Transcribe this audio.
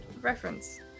reference